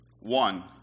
one